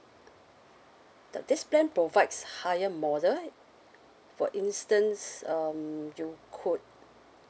this plan provides higher model for instance um you could